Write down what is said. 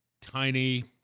tiny